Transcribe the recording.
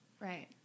Right